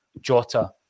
Jota